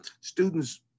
students